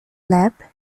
lap